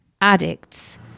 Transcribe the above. addicts